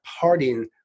parting